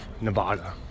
Nevada